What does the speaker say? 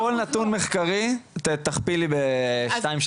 כל נתון מחקרי תכפילי בשתיים,